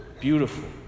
beautiful